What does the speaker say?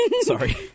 Sorry